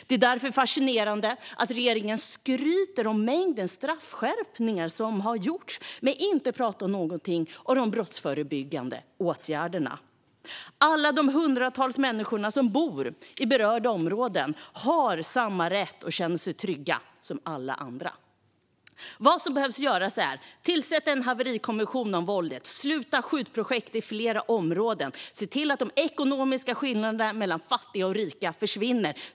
Det är därför fascinerande att regeringen skryter om mängden straffskärpningar som har gjorts men inte talar någonting om de brottsförebyggande åtgärderna. Alla de hundratals människor som bor i berörda områden har samma rätt som alla andra att känna sig trygga. Det behöver tillsättas en haverikommission om våldet, och det behövs Sluta-skjut-projekt i fler områden. Se till att de ekonomiska skillnaderna mellan fattiga och rika försvinner!